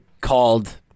called